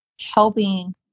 helping